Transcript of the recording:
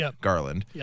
Garland